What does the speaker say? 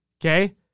okay